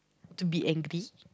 to be angry